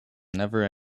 never